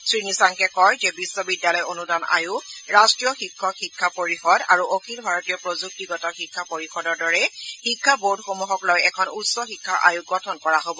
শ্ৰীনিচাংকে কয় যে বিশ্ববিদ্যালয় অন্দান আয়োগ ৰাষ্টীয় শিক্ষক শিক্ষা পৰিযদ আৰু অখিল ভাৰতীয় প্ৰযুক্তিগত শিক্ষা পৰিযদৰ দৰে শিক্ষা বোৰ্ডসমূহক লৈ এখন উচ্চশিক্ষা আয়োগ গঠন কৰা হ'ব